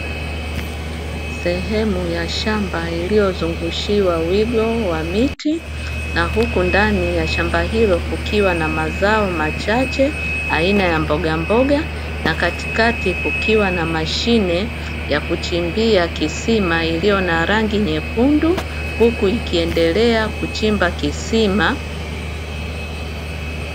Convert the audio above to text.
Sehemu ya shamba iliyozungushiwa wigo wa miti na huku ndani ya shamba hilo kukiwa na mazao machache aina ya mboga mboga na katikati kukiwa na mashine ya kuchimbia kisima iliyo na rangi nyekundu endelea kuchimba kisima.